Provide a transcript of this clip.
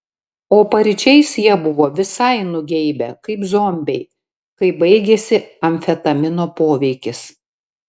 o paryčiais jie buvo visai nugeibę kaip zombiai kai baigėsi amfetamino poveikis